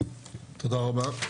תודה רבה.